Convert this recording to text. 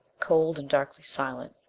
cold and darkly silent.